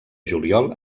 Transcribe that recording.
juliol